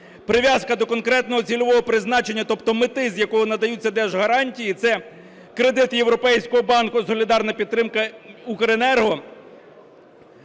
Прив'язка до конкретного цільового призначення, тобто мети, з якою надаються держгарантії – це кредит Європейського банку і солідарна підтримка "Укренерго",